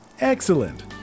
Excellent